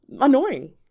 annoying